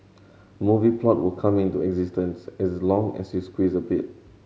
movie plot will come into existence as long as you squeeze a bit